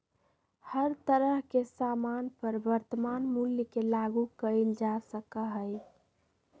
हर तरह के सामान पर वर्तमान मूल्य के लागू कइल जा सका हई